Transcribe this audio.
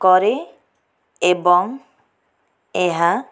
କରେ ଏବଂ ଏହା